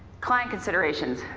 client considerations,